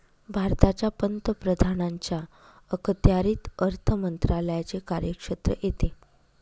भारताच्या पंतप्रधानांच्या अखत्यारीत अर्थ मंत्रालयाचे कार्यक्षेत्र येते